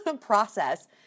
process